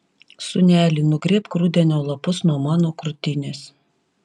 sūneli nugrėbk rudenio lapus nuo mano krūtinės